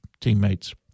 teammates